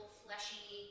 fleshy